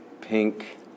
pink